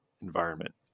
environment